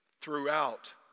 throughout